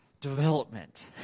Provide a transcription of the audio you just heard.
development